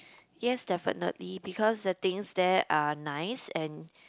yes definitely because the things there are nice and